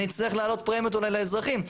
אני אצטרך להעלות פרמיות אולי לאזרחים,